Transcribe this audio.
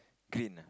green ah